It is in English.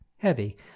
heavy